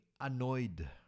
annoyed